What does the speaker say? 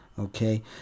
Okay